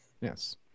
Yes